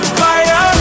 fire